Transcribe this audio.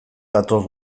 gatoz